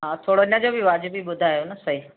हा थोरो हिनजो बि वाजिबी ॿुधायो न सही